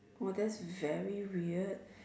oh that's very weird